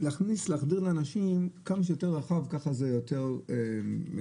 להחדיר לאנשים כמה שיותר רחב, כך זה יותר מצליח.